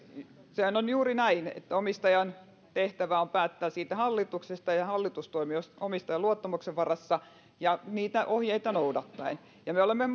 sehän on juuri näin että omistajan tehtävä on päättää hallituksesta ja ja hallitus toimii omistajan luottamuksen varassa ja niitä ohjeita noudattaen ja me olemme